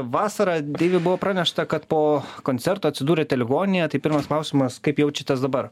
vasarą deivi buvo pranešta kad po koncerto atsidūrėte ligoninėje tai pirmas klausimas kaip jaučiatės dabar